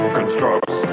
Constructs